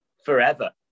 Forever